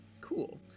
cool